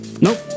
Nope